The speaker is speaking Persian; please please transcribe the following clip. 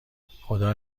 خدا